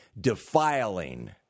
Defiling